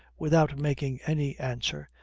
without making any answer,